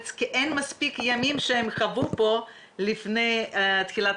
המסך המפוצל שלנו לא היה כל-כך מוצף בנוכחים גם בדיונים